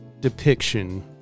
depiction